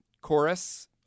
chorus